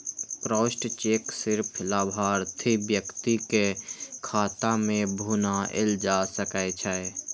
crossed cheque सिर्फ लाभार्थी व्यक्ति के खाता मे भुनाएल जा सकै छै